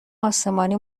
آسمانی